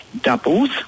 doubles